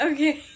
Okay